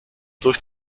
durch